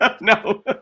No